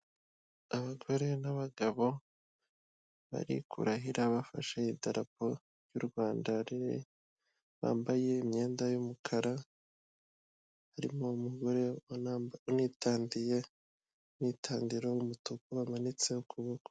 Abagore n'abagabo, bari kurahira bafashe idarapo ry'u Rwanda, bambaye imyenda y'umukara, harimo umugore unitandiye umwitandiro w'umutuku wamanitse ukuboko.